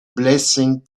blessing